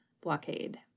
blockade